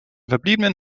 verbliebenen